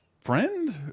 friend